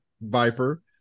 Viper